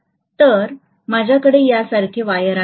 तर माझ्याकडे यासारखे वायर आहे